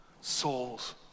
souls